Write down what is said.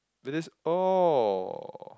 but that's all